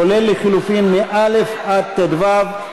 כולל לחלופין מא' עד ט"ו,